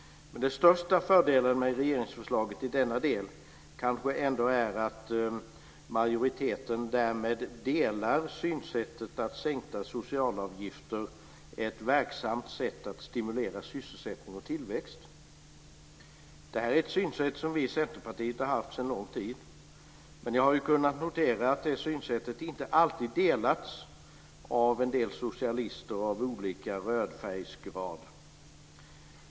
Den största fördelen med regeringsförslaget i denna del kanske ändå är att majoriteten därmed delar synsättet att sänkta socialavgifter är ett verksamt sätt att stimulera sysselsättning och tillväxt. Det är ett synsätt som vi i Centerpartiet har haft sedan lång tid. Vi har dock kunnat notera att detta synsätt inte alltid delats av en del socialister av olika rödfärgsgrad.